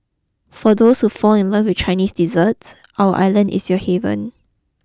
for those who fall in love with Chinese dessert our island is your heaven